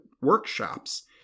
workshops